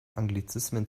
anglizismen